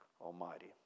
Almighty